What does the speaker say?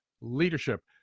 leadership